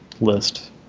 list